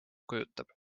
kujutab